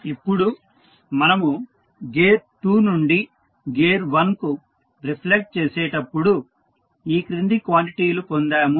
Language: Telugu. ఇప్పుడు మనము గేర్ 2 నుండి గేర్ 1 కు రిఫ్లెక్ట్ చేసేటప్పుడు ఈ క్రింది క్వాంటిటీలు పొందాము